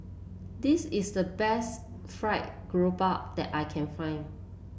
this is the best Fried Garoupa that I can find